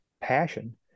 passion